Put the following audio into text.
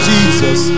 Jesus